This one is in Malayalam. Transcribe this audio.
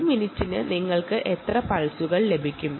ഒരു മിനിറ്റിന് നിങ്ങൾക്ക് എത്ര പൾസുകൾ ലഭിക്കുന്നു